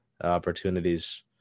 opportunities